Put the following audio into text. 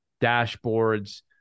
dashboards